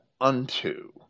unto